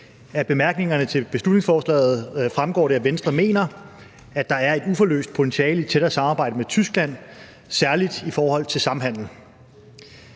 Af bemærkningerne til beslutningsforslaget fremgår det, at Venstre mener, at der er et uforløst potentiale i et tættere samarbejde med Tyskland, særlig i forhold til samhandel.